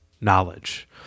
knowledge